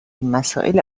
مسائل